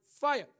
fire